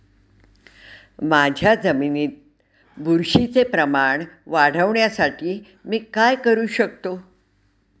माझ्या जमिनीत बुरशीचे प्रमाण वाढवण्यासाठी मी काय करू शकतो?